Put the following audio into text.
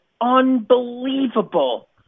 unbelievable